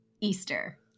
Easter